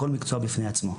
כל מקצוע בפני עצמו.